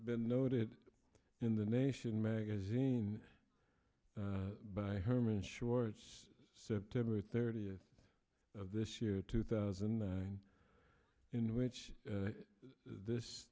been noted in the nation magazine by herman shorts september thirtieth of this year two thousand and nine in which this